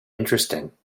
interesting